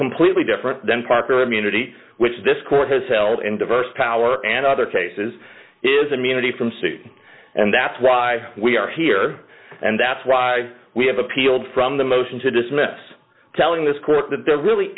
completely different than parker immunity which this court has held in diverse power and other cases is immunity from suit and that's why we are here and that's why we have appealed from the motion to dismiss telling this court that there really